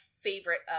favorite